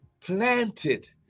planted